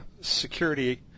security